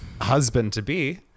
husband-to-be